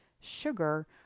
sugar